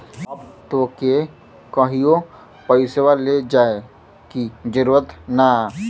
अब तोके कहींओ पइसवा ले जाए की जरूरत ना